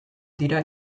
dira